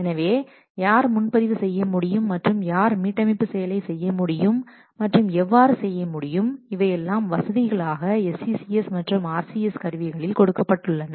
எனவே யார் முன் பதிவு செய்ய முடியும் மற்றும் யார் மீட்டமைப்பு செயலை செய்ய முடியும் மற்றும் எவ்வாறு செய்ய முடியும் இவையெல்லாம் வசதிகளாக SCCS மற்றும் RCS கருவிகளில் கொடுக்கப்பட்டுள்ளன